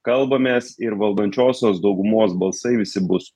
kalbamės ir valdančiosios daugumos balsai visi bus